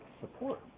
support